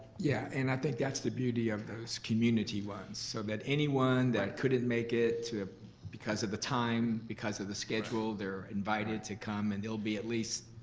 yeah, and i think that's the beauty of those community ones, so that anyone that couldn't make it ah because of the time, because of the schedule, they're invited to come, and there'll be at least,